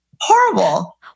horrible